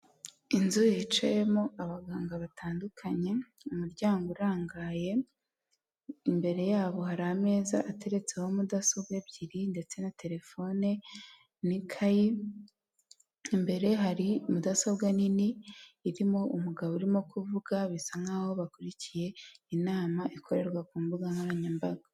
Inzu yicayemo abaganga batandukanye, umuryango urangaye, imbere yabo hari ameza ateretseho mudasobwa ebyiri ndetse na telefone n’ikayi. Imbere hari mudasobwa nini irimo umugabo urimo kuvuga, bisa nkaho bakurikiye inama ikorerwa ku mbuga nkoranyambaga.